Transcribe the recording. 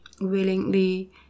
willingly